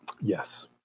Yes